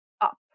up